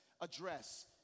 address